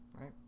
right